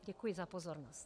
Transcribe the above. Děkuji za pozornost.